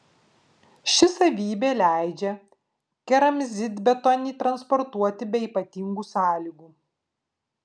ši savybė leidžia keramzitbetonį transportuoti be ypatingų sąlygų